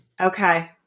Okay